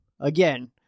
Again